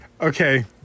Okay